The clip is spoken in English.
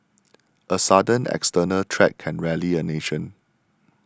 a sudden external threat can rally a nation